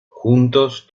juntos